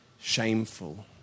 shameful